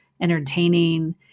entertaining